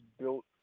built